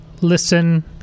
listen